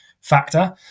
factor